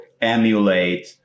emulate